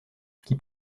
qui